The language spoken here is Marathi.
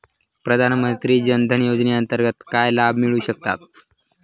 प्रधानमंत्री जनधन योजनेअंतर्गत काय लाभ मिळू शकतात?